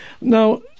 Now